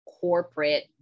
corporate